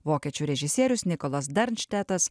vokiečių režisierius nikolas darnštetas